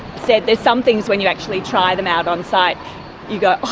said, there's some things when you actually try them out on site you go,